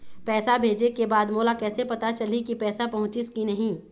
पैसा भेजे के बाद मोला कैसे पता चलही की पैसा पहुंचिस कि नहीं?